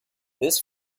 this